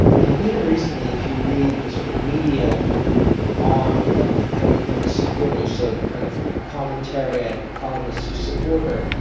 and even recently, if you read the sort of media arm of hillary clinton supporters, so the kind of commentary ah and columnists who support her,